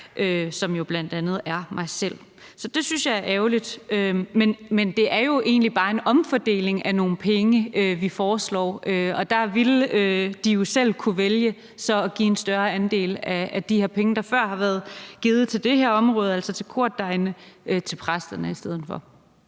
som jo bl.a. er mig selv, så det synes jeg ærgerligt. Men det er jo egentlig bare en omfordeling af nogle penge, vi foreslår, og der ville de jo selv kunne vælge så at give en større andel af de her penge, der før har været givet til det her område, altså til kordegnene, til præsterne i stedet for.